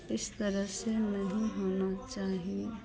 इस तरह से नहीं होना चाहिए